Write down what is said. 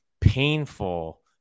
painful